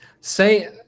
say